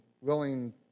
willing